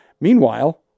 meanwhile